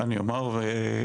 אני אומר ברצינות,